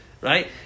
right